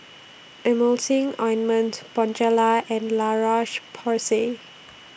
Emulsying Ointment Bonjela and La Roche Porsay